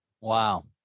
Wow